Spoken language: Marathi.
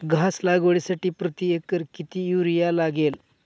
घास लागवडीसाठी प्रति एकर किती युरिया लागेल?